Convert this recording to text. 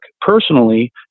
personally